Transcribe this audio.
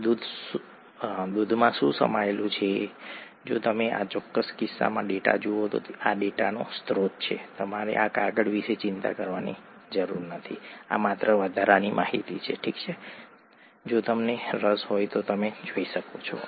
તો દૂધમાં શું સમાયેલું છે જો તમે આ ચોક્કસ કિસ્સામાં ડેટા જુઓ તો આ ડેટાનો સ્ત્રોત છે તમારે આ કાગળ વિશે ચિંતા કરવાની જરૂર નથી આ માત્ર વધારાની માહિતી છે જો તમને રસ હોય તો તમે જઈ શકો છો